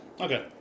Okay